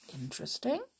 Interesting